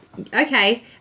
okay